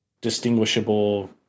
distinguishable